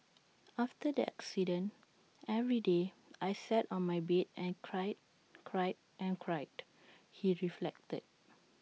after the accident every day I sat on my bed and cried cried and cried he reflected